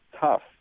tough